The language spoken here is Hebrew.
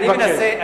אני מבקש.